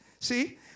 See